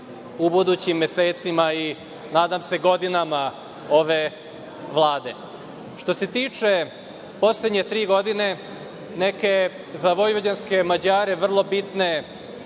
u budućim mesecima i nadam se godinama ove Vlade. Što se tiče poslednje tri godine, za vojvođanske Mađare neke vrlo bitne